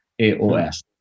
aos